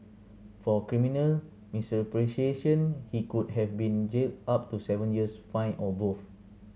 for criminal he could have been jailed up to seven years fined or both